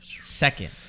second